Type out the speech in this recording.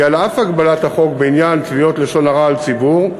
כי על אף הגבלת החוק בעניין תביעות לשון הרע על ציבור,